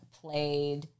played